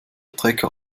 trecker